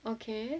okay